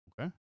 Okay